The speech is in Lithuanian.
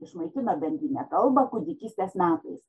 išmaitino bendrinę kalbą kūdikystės metais